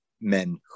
men